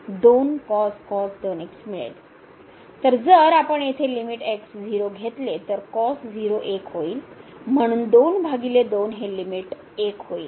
तर जर आपण येथे लिमिट x 0 घेतले तर cos 0 1 होईल म्हणून 22 हे लिमिट 1 होईल